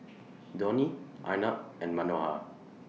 Dhoni Arnab and Manohar